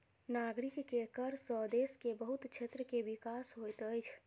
नागरिक के कर सॅ देश के बहुत क्षेत्र के विकास होइत अछि